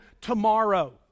tomorrow